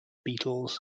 beetles